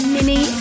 Mini